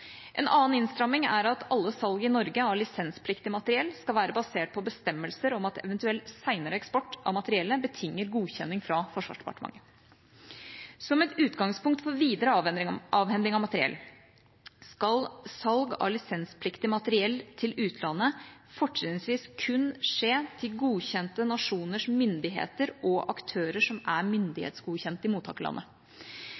En annen innstramming er at alle salg i Norge av lisenspliktig materiell skal være basert på bestemmelser om at eventuell senere eksport av materiellet betinger godkjenning fra Forsvarsdepartementet. Som et utgangspunkt for videre avhending av materiell skal salg av lisenspliktig materiell til utlandet fortrinnsvis kun skje til godkjente nasjoners myndigheter og aktører som er